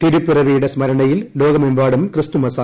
തിരുപ്പിറവിയുടെ സ്മരണയിൽ ലോകമെമ്പാടും ക്രിസ്തുമസ് ആഘോഷം